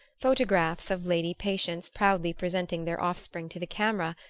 photographs of lady-patients proudly presenting their offspring to the camera,